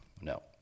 No